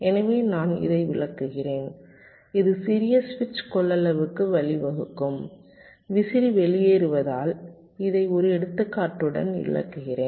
எனவே நான் இதை விளக்குகிறேன் இது சிறிய சுவிட்ச் கொள்ளளவுக்கு வழிவகுக்கும் விசிறி வெளியேறுவதால் இதை ஒரு எடுத்துக்காட்டுடன் விளக்குகிறேன்